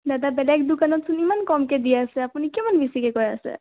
দাদা বেলেগ দোকানত চোন ইমান কমকৈ দি আছে আপুনি কিয় ইমান বেছিকৈ কৈ আছে